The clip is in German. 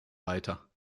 weiter